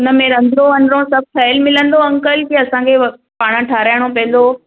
हुनमें रंधिणो वंधिणो सभु ठहियल मिलंदो अंकल की असांखे पाण ठहाराइणो पवंदो